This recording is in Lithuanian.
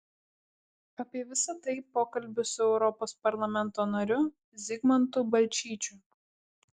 apie visai tai pokalbis su europos parlamento nariu zigmantu balčyčiu